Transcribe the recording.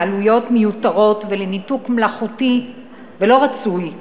לעלויות מיותרות ולניתוק מלאכותי ולא רצוי מהרשויות.